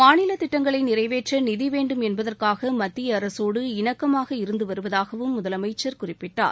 மாநில திட்டங்களை நிறைவேற்ற நிதி வேண்டும் என்பதற்காக மத்திய அரசோடு இணக்கமாக இருந்து வருவதாகவும் முதலமைச்சர் குறிப்பிட்டார்